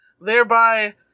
Thereby